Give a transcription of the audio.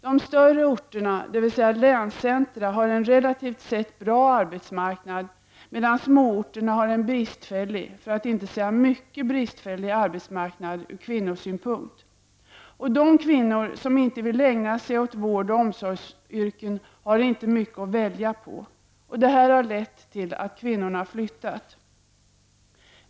De större orterna, dvs. länscentra, har en relativt sett bra arbetsmarknad, medan småorterna har en bristfällig, för att inte säga mycket bristfällig arbetsmarknad ur kvinnosynpunkt. De kvinnor som inte vill ägna sig åt vård och omsorgsyrken har inte mycket att välja på. Det här har lett till att kvinnorna har flyttat.